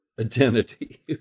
Identity